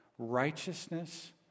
Righteousness